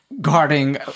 guarding